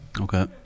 Okay